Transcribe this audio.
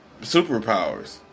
superpowers